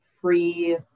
free